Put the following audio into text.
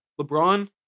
LeBron